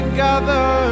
gather